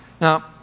Now